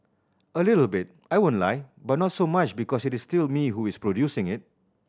a little bit I won't lie but not so much because it is still me who is producing it